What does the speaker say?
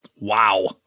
Wow